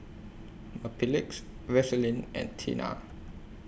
Mepilex Vaselin and Tena